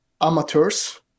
amateurs